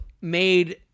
made